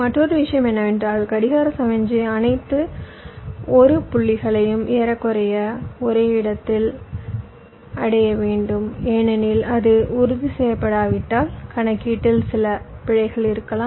மற்றொரு விஷயம் என்னவென்றால் கடிகார சமிக்ஞை அனைத்து l புள்ளிகளையும் ஏறக்குறைய ஒரே நேரத்தில் அடைய வேண்டும் ஏனெனில் அது உறுதி செய்யப்படாவிட்டால் கணக்கீட்டில் சில பிழைகள் இருக்கலாம்